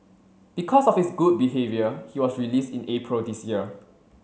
because of his good behaviour he was released in April this year